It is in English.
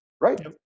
Right